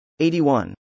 81